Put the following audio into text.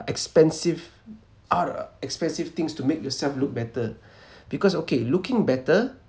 expensive uh expensive things to make yourself look better because okay looking better